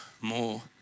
more